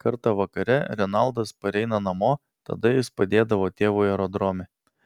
kartą vakare renaldas pareina namo tada jis padėdavo tėvui aerodrome